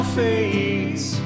face